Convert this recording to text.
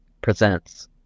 presents